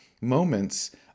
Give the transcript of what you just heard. moments